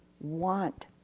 want